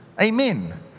amen